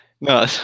no